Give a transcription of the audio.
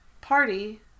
party